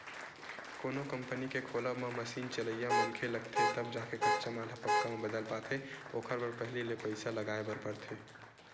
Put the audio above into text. कोनो कंपनी के खोलब म मसीन चलइया मनखे लगथे तब जाके कच्चा माल ह पक्का म बदल पाथे ओखर बर पहिली ले पइसा लगाय बर परथे